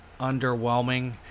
underwhelming